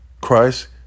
Christ